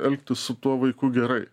elgtis su tuo vaiku gerai